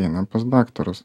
eina pas daktarus